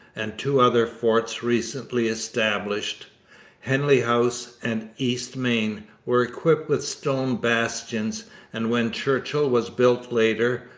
and two other forts recently established henley house and east main were equipped with stone bastions and when churchill was built later,